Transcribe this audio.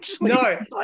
No